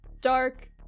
dark